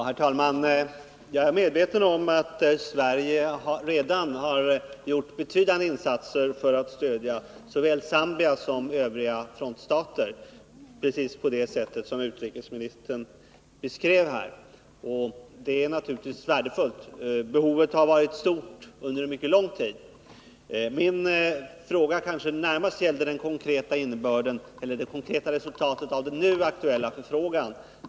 Den information som når oss från Kampuchea visar allt tydligare att den av regeringen i Phnom Penh distribuerade katastrofhjälpen effektivt når ut till alla delar av landet. Samtidigt har Pol Pots styrkor och de människor som tvingats följa dem och andra mot regeringen fientliga grupper i allt större omfattning sökt sig över till Thailand.